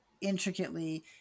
intricately